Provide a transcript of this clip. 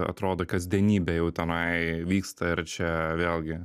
atrodo kasdienybė jau tenai vyksta ir čia vėlgi